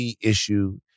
issue